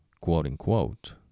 quote-unquote